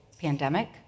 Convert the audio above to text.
pandemic